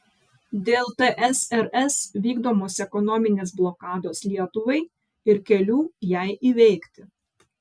dėl tsrs vykdomos ekonominės blokados lietuvai ir kelių jai įveikti